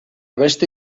beste